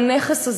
והנכס הזה,